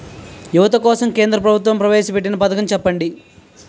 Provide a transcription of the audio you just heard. యువత కోసం కేంద్ర ప్రభుత్వం ప్రవేశ పెట్టిన పథకం చెప్పండి?